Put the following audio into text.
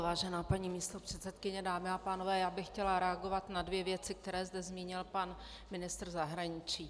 Vážená paní místopředsedkyně, dámy a pánové, chtěla bych reagovat na dvě věci, které zde zmínil pan ministr zahraničí.